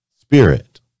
spirit